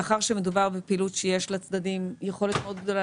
מאחר ומדובר בפעילות שיש לצדדים יכולת גדולה